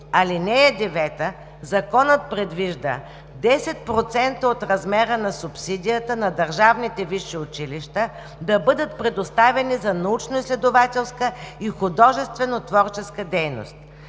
ал. 9 Законът предвижда 10% от размера на субсидията за държавните висши училища да бъдат предоставени за научноизследователска и художествено-творческа дейност.